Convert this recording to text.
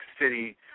City